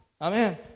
Amen